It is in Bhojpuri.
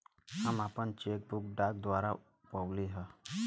हम आपन चेक बुक डाक द्वारा पउली है